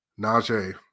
Najee